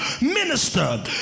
minister